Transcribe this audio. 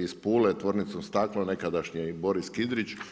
iz Pule, tvornicom stakla, nekadašnje Boris Kidrić.